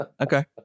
okay